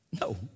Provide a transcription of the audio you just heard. No